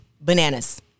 bananas